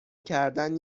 کردن